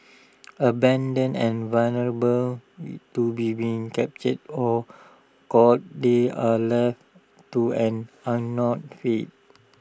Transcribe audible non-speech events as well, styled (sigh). abandoned and vulnerable (noise) to being captured or culled they are left to an unknown fate